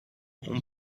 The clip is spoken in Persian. اون